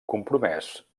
compromès